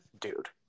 dude